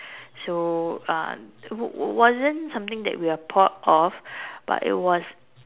so um w~ wasn't something that we are proud of but it was